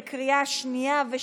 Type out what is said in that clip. בקריאה שנייה.